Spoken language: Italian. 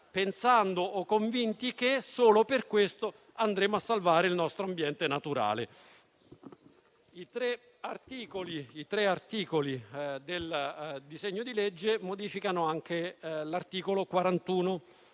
non siamo convinti che solo per questo salveremo il nostro ambiente naturale. I tre articoli del disegno di legge modificano anche l'articolo 41,